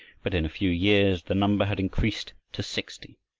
but in a few years the number had increased to sixty.